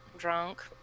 Drunk